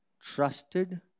trusted